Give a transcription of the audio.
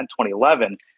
2011